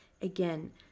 Again